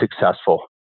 successful